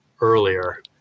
earlier